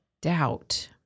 doubt